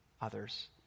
others